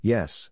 Yes